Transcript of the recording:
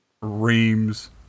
Reams